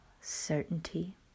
certainty